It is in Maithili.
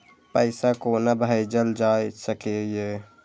पैसा कोना भैजल जाय सके ये